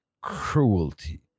cruelty